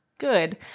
good